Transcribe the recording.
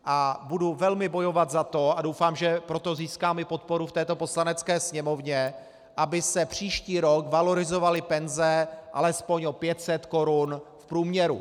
A budu velmi bojovat za to, a doufám, že pro to získám i podporu v této Poslanecké sněmovně, aby se příští rok valorizovaly penze alespoň o 500 korun v průměru.